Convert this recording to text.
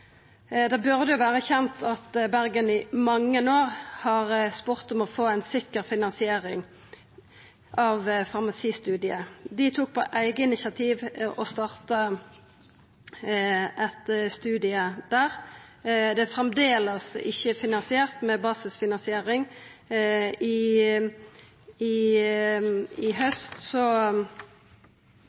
Det burde vera kjent at Bergen i mange år har spurt om å få ei sikker finansiering av farmasistudiet. Dei starta på eige initiativ eit studium der. Det er enno ikkje finansiert med basisfinansiering. I haust